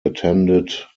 attended